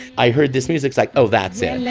i heard this music like oh that's a